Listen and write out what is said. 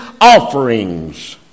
offerings